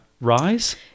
rise